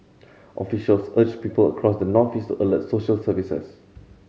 officials urged people across the northeast alert social services